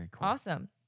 awesome